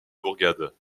bourgade